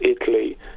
Italy